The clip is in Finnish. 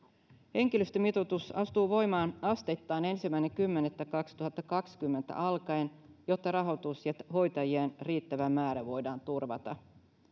henkilöstömitoitus astuu voimaan asteittain ensimmäinen kymmenettä kaksituhattakaksikymmentä alkaen jotta rahoitus ja hoitajien riittävä määrä voidaan turvata